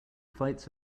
fights